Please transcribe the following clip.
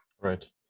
Right